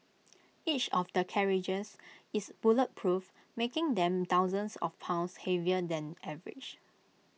each of the carriages is bulletproof making them thousands of pounds heavier than average